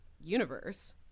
universe